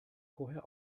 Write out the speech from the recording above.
vorher